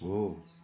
हो